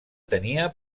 tenia